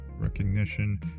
recognition